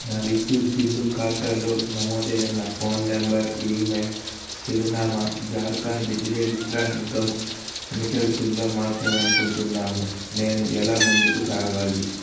నా విద్యుత్ బిల్లు ఖాతాలో నమోదైన నా ఫోన్ నంబర్ ఈమెయిల్ చిరునామా జార్ఖండ్ బిజ్లీ విట్రాన్ నిగమ్ లిమిటెడ్ కింద మార్చాలనుకుంటున్నాను నేను ఎలా ముందుకు సాగాలి